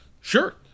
Sure